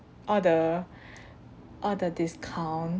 all the all the discounts